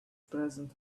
present